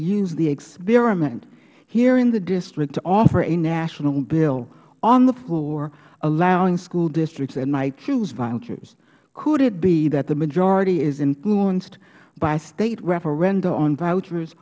used the experiment here in the district to offer a national bill on the floor allowing school districts that might choose vouchers could it be that the majority is influenced by state referenda on vouchers